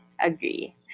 agree